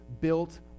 built